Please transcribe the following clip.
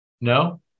No